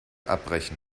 abbrechen